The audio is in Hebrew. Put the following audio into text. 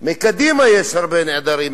מקדימה הרבה נעדרים,